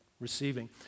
receiving